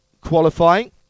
qualifying